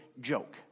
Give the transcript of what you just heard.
joke